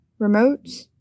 remotes